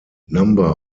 number